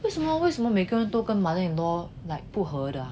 为什么为什么每个人都跟 mother in law like 不合的 !huh! I